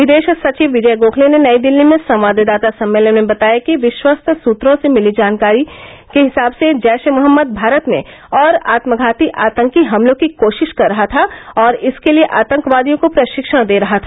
विदेश संविव विजय गोखले ने नई दिल्ली में संवाददाता सम्मेलन में बताया कि विश्वस्त सुत्रों से जानकारी मिली थी कि जैश ए मोहम्मद भारत में और आत्मघाती आतंकी हमलों की कोशिश कर रहा था और इसके लिए आतंकवादियों को प्रशिक्षण दे रहा था